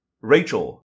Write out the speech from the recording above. Rachel